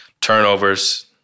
turnovers